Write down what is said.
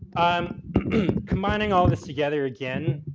um combining all this together again,